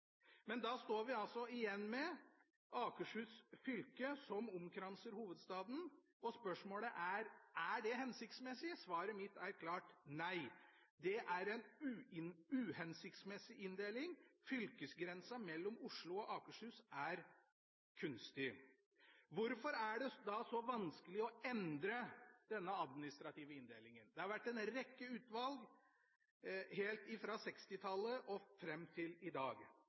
Men da står vi igjen med Akershus fylke som omkranser hovedstaden. Og spørsmålet er: Er det hensiktsmessig? Svaret mitt er klart nei. Det er en uhensiktsmessig inndeling. Fylkesgrensen mellom Oslo og Akershus er kunstig. Hvorfor er det da så vanskelig å endre denne administrative inndelingen? Det har vært en rekke utvalg helt fra 1960-tallet og fram til i dag.